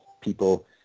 people